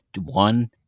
one